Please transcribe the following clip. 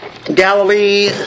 Galilee